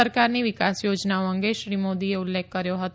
સરકારની વિકાસ યોજનાઓ અંગે શ્રી મોદીએ ઉલ્લેખ કર્યો હતો